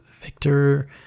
Victor